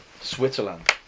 Switzerland